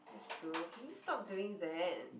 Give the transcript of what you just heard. that's true can you stop doing that